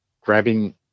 grabbing